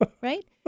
Right